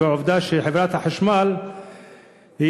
ועובדה שחברת החשמל היא,